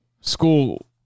School